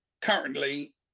Currently